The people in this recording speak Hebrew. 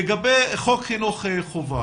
לגבי חוק חינוך חובה,